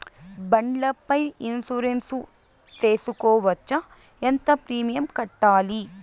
బండ్ల పై ఇన్సూరెన్సు సేసుకోవచ్చా? ఎంత ప్రీమియం కట్టాలి?